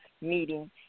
meeting